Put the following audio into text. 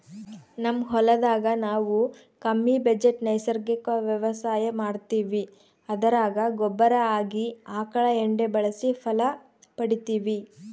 ನಮ್ ಹೊಲದಾಗ ನಾವು ಕಮ್ಮಿ ಬಜೆಟ್ ನೈಸರ್ಗಿಕ ವ್ಯವಸಾಯ ಮಾಡ್ತೀವಿ ಅದರಾಗ ಗೊಬ್ಬರ ಆಗಿ ಆಕಳ ಎಂಡೆ ಬಳಸಿ ಫಲ ಪಡಿತಿವಿ